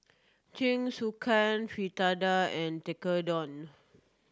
Jingisukan Fritada and Tekkadon